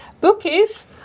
bookies